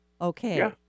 Okay